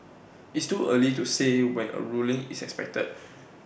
it's too early to say when A ruling is expected